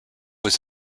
was